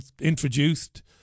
introduced